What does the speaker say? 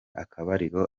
akabariro